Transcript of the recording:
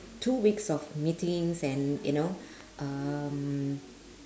two weeks of meetings and you know um